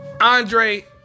Andre